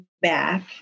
back